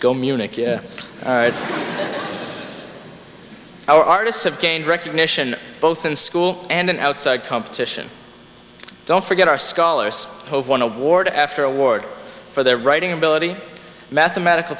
go munich our artists have gained recognition both in school and outside competition don't forget our scholars hope one award after award for their writing ability mathematical